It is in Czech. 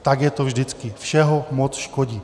Tak je to vždycky všeho moc škodí.